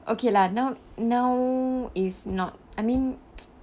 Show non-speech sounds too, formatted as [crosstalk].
okay lah now now is not I mean [noise]